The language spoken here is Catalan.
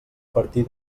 partir